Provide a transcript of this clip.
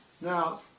Now